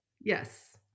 Yes